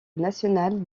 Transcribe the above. national